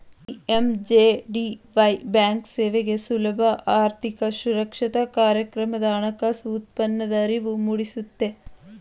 PMJDY ಬ್ಯಾಂಕ್ಸೇವೆಗೆ ಸುಲಭ ಆರ್ಥಿಕ ಸಾಕ್ಷರತಾ ಕಾರ್ಯಕ್ರಮದ ಹಣಕಾಸು ಉತ್ಪನ್ನದ ಅರಿವು ಮೂಡಿಸುತ್ತೆ